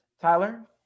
Tyler